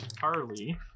Harley